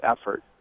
effort